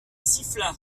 siffla